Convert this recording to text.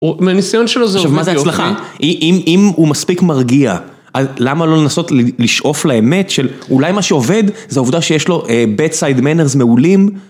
מהניסיון שלו זה עובד יופי. עכשיו מה זה הצלחה? אם הוא מספיק מרגיע למה לא לנסות לשאוף לאמת של אולי מה שעובד זאת העובדה שיש לו bedside manners מעולים.